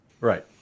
Right